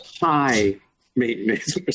High-maintenance